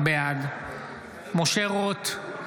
בעד משה רוט,